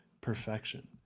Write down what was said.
perfection